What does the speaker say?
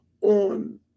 on